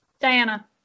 Diana